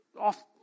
off